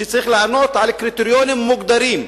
שצריך לענות על קריטריונים מוגדרים.